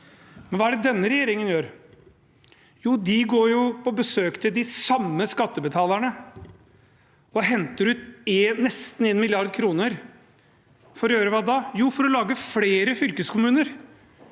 Men hva er det denne regjeringen gjør? Jo, de går på besøk til de samme skattebetalerne og henter ut nesten 1 mrd. kr – for å gjøre hva da? Jo, for å lage flere fylkeskommuner